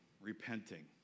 repenting